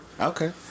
Okay